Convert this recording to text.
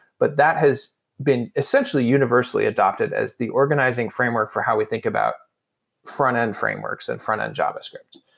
but that has been essentially universally adopted as the organizing framework for how we think about front-end frameworks and front-end javascript.